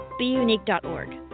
beunique.org